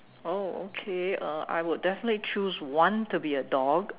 oh okay uh I would definitely choose one to be a dog